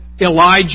Elijah